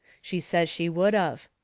she says she would of.